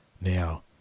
Now